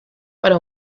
para